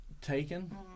taken